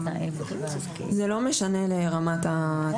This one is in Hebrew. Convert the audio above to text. זה לא משנה לרמת הצווים הספציפיים.